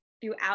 throughout